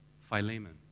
Philemon